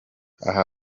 aha